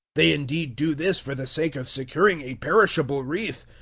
they indeed do this for the sake of securing a perishable wreath,